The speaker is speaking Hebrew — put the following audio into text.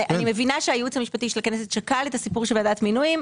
אני מבינה שהייעוץ המשפטי של הכנסת שקל את הסיפור של ועדת מינויים.